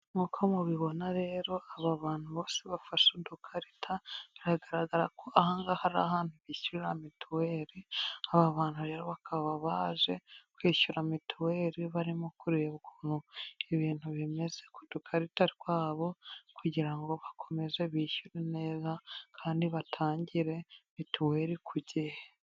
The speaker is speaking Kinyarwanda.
Nk'uko mubibona rero aba bantu bose bafashe udukarita, biragaragara ko aha ngaha ari ahantu bishyurira mituweri. Aba bantu rero bakaba baje kwishyura mituweri, barimo kureba ukuntu ibintu bimeze ku dukarita twabo kugira ngo bakomeze bishyure neza kandi batangire mituweri ku gihe.